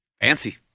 Fancy